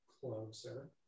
closer